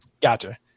Gotcha